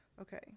Okay